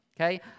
okay